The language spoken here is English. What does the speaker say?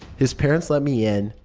his parents let me in.